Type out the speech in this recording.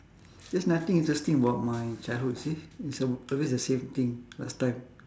just nothing interesting about my childhood see it's a~ always the same thing last time